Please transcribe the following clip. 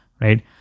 right